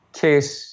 case